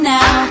now